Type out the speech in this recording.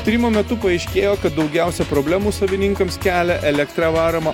tyrimo metu paaiškėjo kad daugiausiai problemų savininkams kelia elektra varoma